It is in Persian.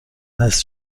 نصف